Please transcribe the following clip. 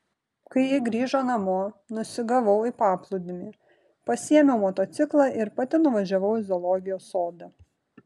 kai ji grįžo namo nusigavau į paplūdimį pasiėmiau motociklą ir pati nuvažiavau į zoologijos sodą